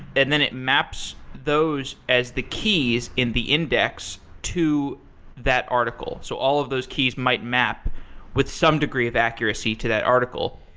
and then it maps those as the keys in the index to that article. so all of those keys might map with some degree of accuracy to that article.